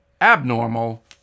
abnormal